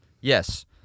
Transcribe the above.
Yes